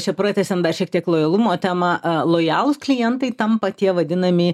čia pratęsiant dar šiek tiek lojalumo temą lojalūs klientai tampa tie vadinami